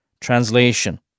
translation